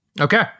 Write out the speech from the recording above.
Okay